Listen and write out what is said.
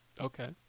Okay